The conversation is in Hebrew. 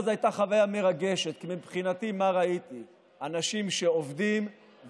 עזרתי להרבה אנשים שהיו צריכים תרופות.